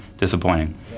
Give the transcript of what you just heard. Disappointing